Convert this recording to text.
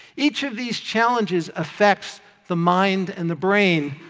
each of these challenges affects the mind and the brain.